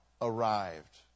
arrived